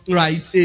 right